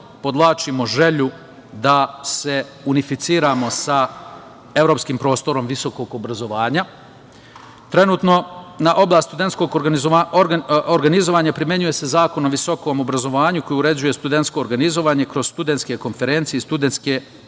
podvlačimo želju da se unificiramo sa evropskim prostorom visokog obrazovanja. Trenutno na oblast studentskog organizovanja primenjuje se Zakon o visokom obrazovanju koji uređuje studentsko organizovanje kroz studentske konferencije i studentske